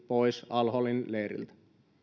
pois al holin leiriltä